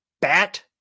bat